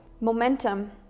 momentum